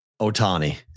Otani